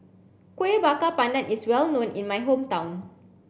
Kueh Bakar Pandan is well known in my hometown